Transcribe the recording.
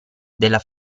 della